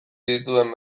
dituen